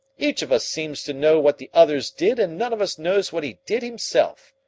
each of us seems to know what the others did and none of us knows what he did himself.